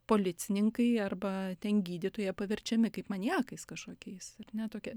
policininkai arba ten gydytoja paverčiami kaip maniakais kažkokiais ar ne tokia